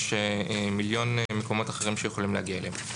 יש מיליון מקומות אחרים שיכולים להגיע אליהם.